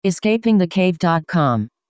EscapingTheCave.com